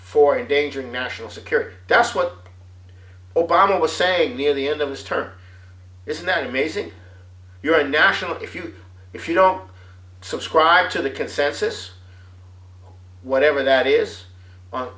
for endangered national security that's what obama was saying near the end of his term isn't that amazing your national if you if you don't subscribe to the consensus whatever that is on